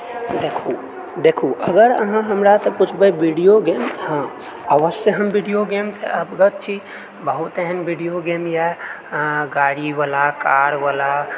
देखू देखू अगर अहाँ हमरासँ पुछबै वीडियो गेम हँ अवश्य हम वीडियो गेमसँ अवगत छी बहुत एहन वीडियोगेम यऽ गाड़ी वाला कार वाला